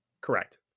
Correct